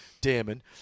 Damon